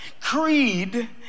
creed